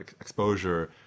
exposure